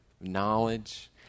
knowledge